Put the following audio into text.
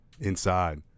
inside